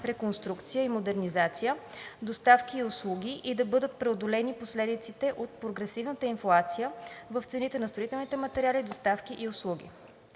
реконструкция и модернизация, доставки и услуги и да бъдат преодолени последиците от прогресивната инфлация в цените на строителни материали, доставки и услуги.